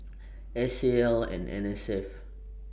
S A L and N S F